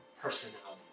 personality